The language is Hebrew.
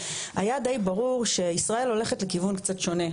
היה דיי ברור שישראל הולכת לכיוון קצת שונה,